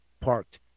parked